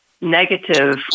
negative